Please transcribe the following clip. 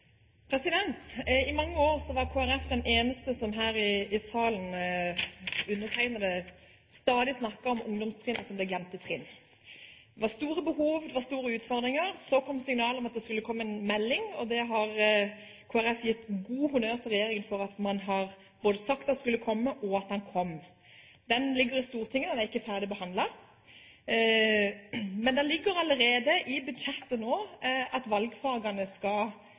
kom signalet om at det skulle komme en melding, og Kristelig Folkeparti har gitt god honnør til regjeringen både for at man har sagt den skulle komme, og for at den kom. Den ligger i Stortinget, den er ikke ferdig behandlet, men det ligger allerede i budsjettet nå at valgfagene skal